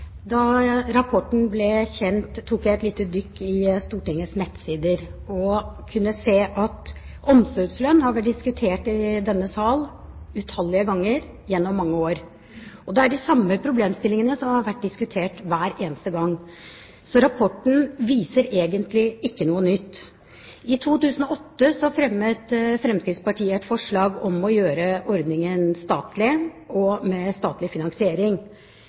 Da rapporten ble kjent, tok jeg et lite dykk i Stortingets nettsider og så at omsorgslønn har vært diskutert i denne sal utallige ganger gjennom mange år. Det er de samme problemstillingene som har vært diskutert hver eneste gang, så rapporten viser egentlig ikke noe nytt. I 2008 fremmet Fremskrittspartiet et forslag om å gjøre ordningen statlig, med statlig finansiering.